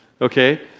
Okay